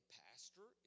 pastor